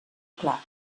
clar